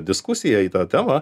diskusiją į tą temą